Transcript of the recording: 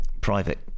private